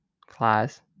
class